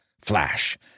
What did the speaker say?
Flash